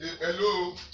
Hello